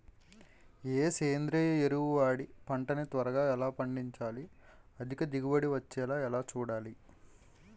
ఏ సేంద్రీయ ఎరువు వాడి పంట ని త్వరగా ఎలా పండించాలి? అధిక దిగుబడి వచ్చేలా ఎలా చూడాలి?